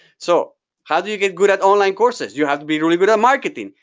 so how do you get good at online courses? you have to be really good at marketing.